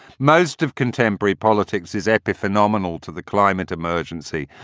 most of contemporary politics is actually phenomenal to the climate emergency.